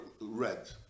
red